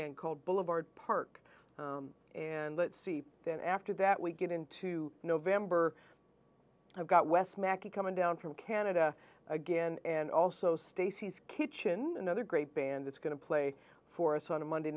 band called boulevard park and let's see then after that we get into november i've got wes mackie coming down from canada again and also stacy's kitchen another great band that's going to play for us on a monday